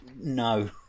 no